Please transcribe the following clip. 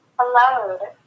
Hello